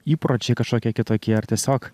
įpročiai kažkokie kitokie ar tiesiog